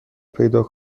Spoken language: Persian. پیدا